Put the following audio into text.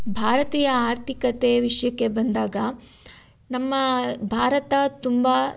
ಭಾರತೀಯ ಆರ್ಥಿಕತೆ ವಿಷಯಕ್ಕೆ ಬಂದಾಗ ನಮ್ಮ ಭಾರತ ತುಂಬ